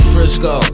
Frisco